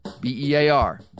B-E-A-R